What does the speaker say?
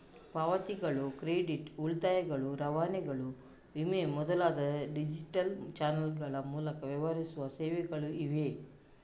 ಪಾವತಿಗಳು, ಕ್ರೆಡಿಟ್, ಉಳಿತಾಯಗಳು, ರವಾನೆಗಳು, ವಿಮೆ ಮೊದಲಾದ ಡಿಜಿಟಲ್ ಚಾನಲ್ಗಳ ಮೂಲಕ ವ್ಯವಹರಿಸುವ ಸೇವೆಗಳು ಇವೆ